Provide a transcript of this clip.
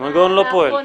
המנגנון לא פועל.